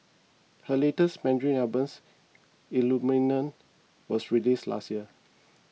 her latest Mandarin Album Illuminate was released last year